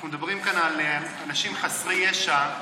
אנחנו מדברים כאן על אנשים חסרי ישע.